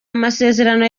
amasezerano